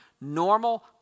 normal